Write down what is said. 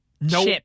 No